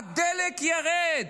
הדלק ירד,